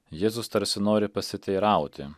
jėzus tarsi nori pasiteirauti